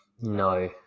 No